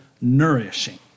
nourishing